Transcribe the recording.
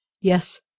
Yes